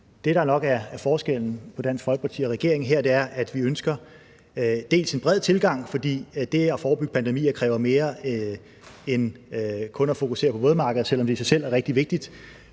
der her nok er forskellen på Dansk Folkeparti og regeringen, er, at vi ønsker, dels en bred tilgang, fordi det at forebygge pandemier kræver mere end kun at fokusere på vådmarkeder, selv om det i sig selv er rigtig vigtigt,